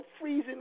freezing